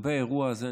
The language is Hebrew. לגבי האירוע הזה,